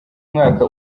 mwaka